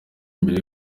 imbere